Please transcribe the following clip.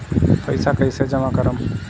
पैसा कईसे जामा करम?